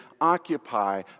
occupy